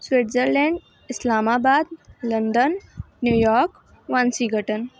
Switzerland Islamabad London New York Washington